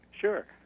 Sure